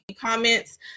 comments